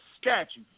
statue